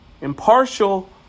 impartial